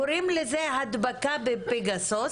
קוראים לזה הדבקה בפגסוס.